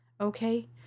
Okay